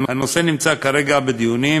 הנושא נמצא כרגע בדיונים,